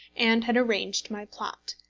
and had arranged my plot.